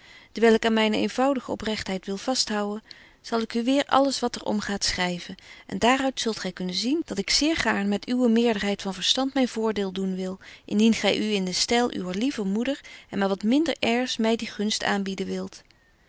dewyl ik aan myne eenvoudige oprechtheid wil vast houden zal ik u weêr alles wat er omgaat schryven en daar uit zult gy kunnen zien dat ik zeer gaarn met uwe meerderheid van verstand myn voordeel doen wil indien gy u in den styl uwer lieve moeder en met wat minder airs my die gunst aanbieden wilt